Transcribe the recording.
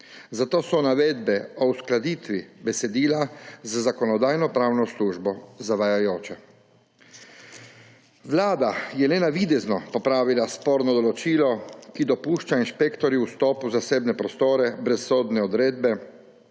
zato so navedbe o uskladitvi besedila z Zakonodajno-pravno službo zavajajoče. Vlada je le navidezno popravila sporno določilo, ki dopušča inšpektorju vstop v zasebne prostore brez sodne odredbe,